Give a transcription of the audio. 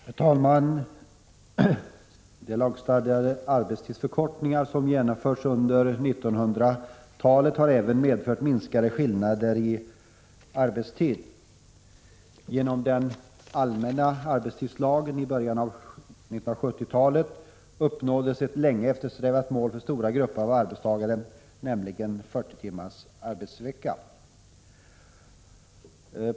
Herr talman! De lagstadgade arbetstidsförkortningar som genomförts under 1900-talet har även medfört att skillnader i arbetstid minskat. Genom den allmänna arbetstidslagen i början av 1970-talet uppnåddes ett länge eftersträvat mål för stora grupper av arbetstagare, nämligen 40 timmars arbetsvecka.